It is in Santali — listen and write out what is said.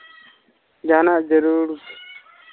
ᱡᱟᱦᱟᱱᱟᱜ ᱡᱟᱹᱨᱩᱲ